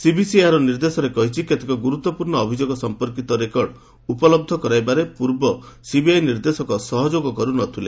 CVC ଏହାର ନିର୍ଦ୍ଦେଶରେ କହିଛି କେତେକ ଗୁରୁତ୍ୱପୂର୍ଣ୍ଣ ଅଭିଯୋଗ ସଂପର୍କିତ ରେକର୍ଡ ଉପଲବ୍ଧ କରାଇବାରେ ପୂର୍ବ ସିବିଆଇ ନିର୍ଦ୍ଦେଶକ ସହଯୋଗ କରୁନଥିଲେ